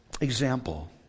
example